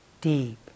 deep